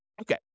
Okay